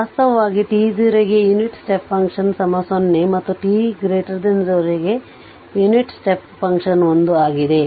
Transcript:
ವಾಸ್ತವವಾಗಿ t 0 ಗೆ unit step ಫಂಕ್ಷನ್0 ಮತ್ತು t 0 ಗೆ ಯುನಿಟ್ ಸ್ಟೆಪ್ ಫಂಕ್ಷನ್1ಆಗಿದೆ